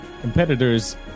competitors